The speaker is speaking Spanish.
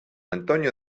antonio